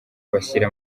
bashyira